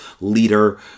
leader